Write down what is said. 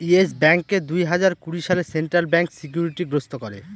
yes ব্যাঙ্ককে দুই হাজার কুড়ি সালে সেন্ট্রাল ব্যাঙ্ক সিকিউরিটি গ্রস্ত করে